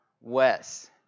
Wes